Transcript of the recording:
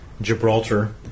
Gibraltar